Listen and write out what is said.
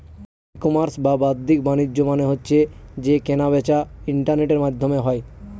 ই commerce বা বাদ্দিক বাণিজ্য মানে হচ্ছে যে কেনা বেচা ইন্টারনেটের মাধ্যমে হয়